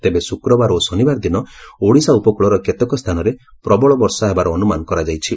ତେବେ ଶୁକ୍ରବାର ଓ ଶନିବାର ଦିନ ଓଡ଼ିଶା ଉପକୂଳର କେତେକ ସ୍ଥାନରେ ପ୍ରବଳ ବର୍ଷା ହେବାର ଅନୁମାନ କରାଯାଇଛି